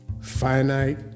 Finite